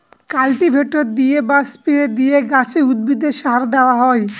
cultivator দিয়ে বা spray দিয়ে গাছে, উদ্ভিদে সার দেওয়া হয়